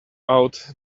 out